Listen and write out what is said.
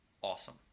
awesome